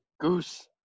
goose